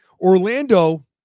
Orlando